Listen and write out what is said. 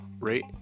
rate